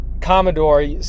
Commodore